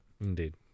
Indeed